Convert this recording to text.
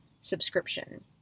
subscription